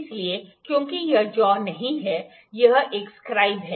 इसलिए क्योंकि यह जाॅअ नहीं है यह एक स्क्राइब है